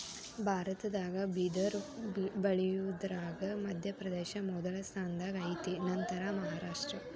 ಭಾರತದಾಗ ಬಿದರ ಬಳಿಯುದರಾಗ ಮಧ್ಯಪ್ರದೇಶ ಮೊದಲ ಸ್ಥಾನದಾಗ ಐತಿ ನಂತರಾ ಮಹಾರಾಷ್ಟ್ರ